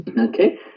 Okay